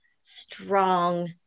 strong